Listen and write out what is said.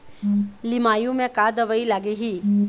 लिमाऊ मे का दवई लागिही?